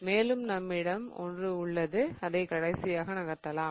மேலும் நம்மிடம் ஒன்று உள்ளது அதை கடைசியாக நகர்த்தலாம்